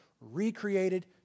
recreated